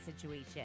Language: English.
situation